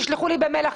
תשלחו לי אחר כך במייל.